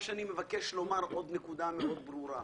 אני מבקש לומר עוד נקודה מאוד ברורה.